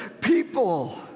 people